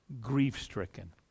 grief-stricken